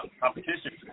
competition